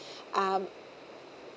um